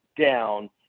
down